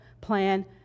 plan